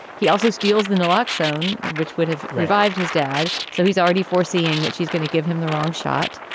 he also steals the naloxone, which would have revived his dad. so he's already foreseeing that she's going to give him the wrong shot.